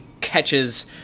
catches